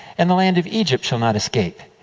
and the land of egypt shall not escape.